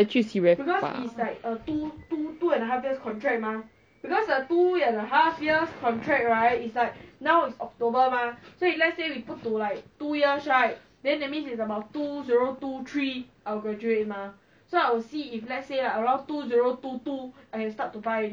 orh maybe you should go thailand thailand thailand fun sia actually I like thailand maybe we should go thailand as a family right